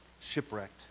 Shipwrecked